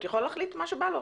יכול להחליט מה שבא לו.